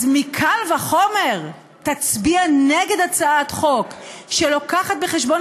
אז קל וחומר תצביע נגד הצעת חוק שמובא בה בחשבון